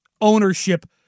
ownership